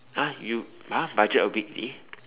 !huh! you !huh! budget weekly